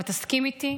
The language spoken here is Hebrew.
ותסכים איתי,